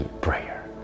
Prayer